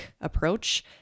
approach